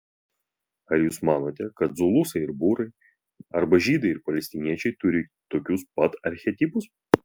ar jūs manote kad zulusai ir būrai arba žydai ir palestiniečiai turi tokius pat archetipus